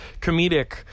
comedic